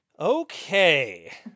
Okay